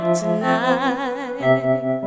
tonight